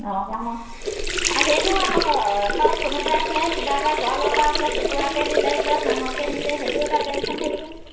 অঁ সেইটো আকৌ কোনোবাই বোলে কিবা এটা গঁৰালৰপৰা বোলে কুকুৰাকে নিলে বোলে হাঁহকে নিলে সেইটো এটা টেনচন থাকিব নহয়